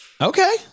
Okay